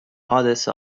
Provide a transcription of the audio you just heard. حادثه